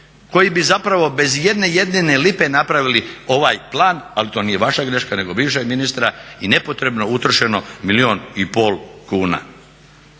koji bi zapravo bez ijedne jedine lipe napravili ovaj plan, ali to nije vaša greška, nego bivšeg ministra, i nepotrebno utrošeno milijun i pol kuna.